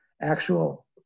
actual